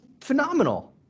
phenomenal